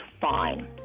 fine